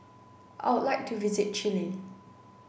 I would like to visit Chile